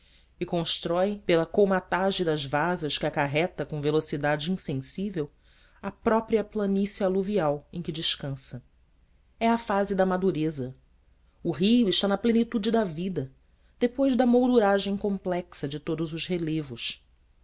e constrói pela colmatage das vasas que acarreta com velocidade insensível a própria planície aluvial em que descansa é a fase de madureza o rio está na plenitude da vida depois da molduragem complexa de todos os relevos